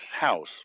house